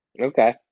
Okay